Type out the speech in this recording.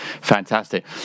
fantastic